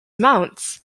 mounts